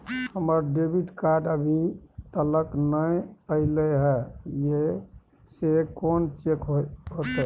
हमर debit card अभी तकल नय अयले हैं, से कोन चेक होतै?